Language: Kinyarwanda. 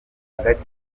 hagati